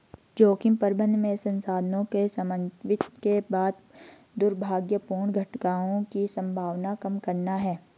जोखिम प्रबंधन में संसाधनों के समन्वित के बाद दुर्भाग्यपूर्ण घटनाओं की संभावना कम करना है